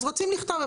אז רוצים לכתוב.